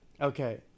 Okay